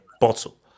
bottle